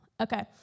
Okay